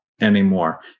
anymore